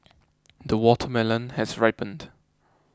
the watermelon has ripened